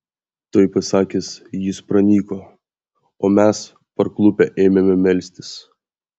tai pasakęs jis pranyko o mes parklupę ėmėme melstis